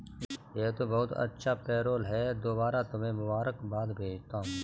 यह तो बहुत अच्छा पेरोल है दोबारा तुम्हें मुबारकबाद भेजता हूं